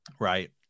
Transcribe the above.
right